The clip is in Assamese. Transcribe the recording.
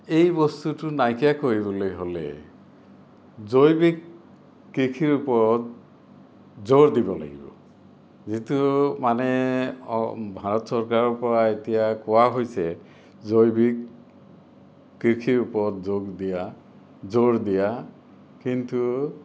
এই বস্তুটো নাইকিয়া কৰিবলৈ হ'লে জৈৱিক কৃষিৰ ওপৰত জোৰ দিব লাগিব যিটো মানে ভাৰত চৰকাৰৰ পৰা এতিয়া কোৱা হৈছে জৈৱিক কৃষিৰ ওপৰত যোগ দিয়া জোৰ দিয়া কিন্তু